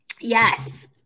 Yes